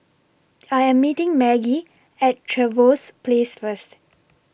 I Am meeting Maggie At Trevose Place First